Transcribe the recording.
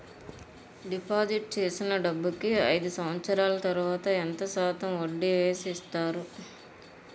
Deposit చేసిన డబ్బుకి అయిదు సంవత్సరాల తర్వాత ఎంత శాతం వడ్డీ వేసి ఇస్తారు?